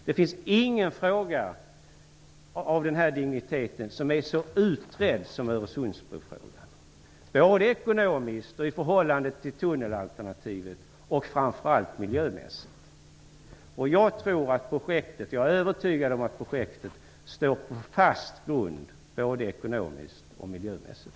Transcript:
Det finns ingen fråga av den här digniteten som är så utredd som Öresundsbrofrågan, både ekonomiskt, i förhållande till tunnelalternativet och framför allt miljömässigt. Jag är övertygad om att projektet står på en fast grund både ekonomiskt och miljömässigt.